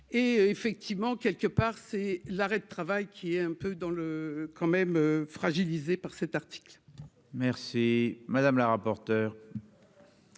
43 effectivement quelque part. C'est l'arrêt de travail qui est un peu dans le quand même fragilisé par cet article. Merci. Madame la rapporteure.